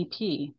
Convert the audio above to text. ep